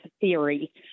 theory